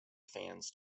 fans